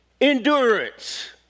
endurance